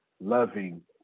loving